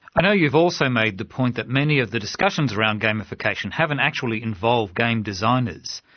i know you've also made the point that many of the discussions around gamification haven't actually involved game designers.